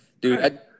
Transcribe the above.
dude